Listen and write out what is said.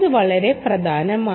അത് വളരെ പ്രധാനമാണ്